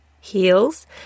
heels